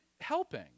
helping